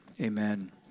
amen